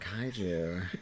kaiju